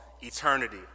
eternity